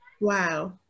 Wow